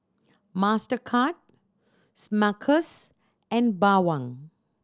Mastercard Smuckers and Bawang